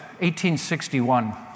1861